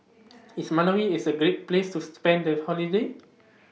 IS Malawi IS A Great Place to spend The Holiday